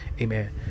amen